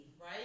right